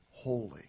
holy